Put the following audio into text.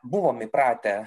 buvom įpratę